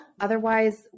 Otherwise